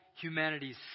humanity's